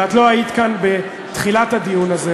ואת לא היית כאן בתחילת הדיון הזה.